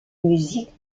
musique